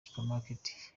supermarket